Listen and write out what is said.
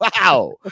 wow